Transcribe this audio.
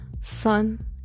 sun